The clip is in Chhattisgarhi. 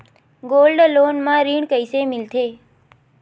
गोल्ड लोन म ऋण कइसे मिलथे?